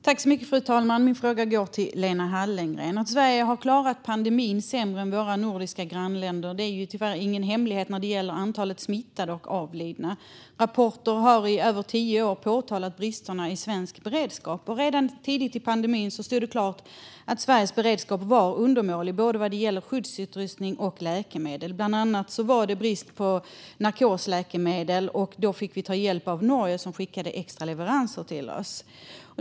Fru talman! Min fråga går till Lena Hallengren. Sverige har klarat pandemin sämre än våra nordiska grannländer. Det är tyvärr ingen hemlighet när det gäller antalet smittade och avlidna. Rapporter har i över tio år påtalat bristerna i svensk beredskap. Redan tidigt i pandemin stod det klart att Sveriges beredskap var undermålig vad gäller både skyddsutrustning och läkemedel. Bland annat var det brist på narkosläkemedel. Då fick vi ta hjälp av Norge, som skickade extra leveranser till oss.